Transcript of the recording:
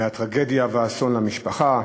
מהטרגדיה והאסון למשפחה,